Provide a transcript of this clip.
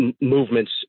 movements